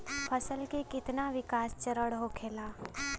फसल के कितना विकास चरण होखेला?